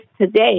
today